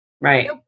Right